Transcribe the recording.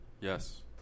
Yes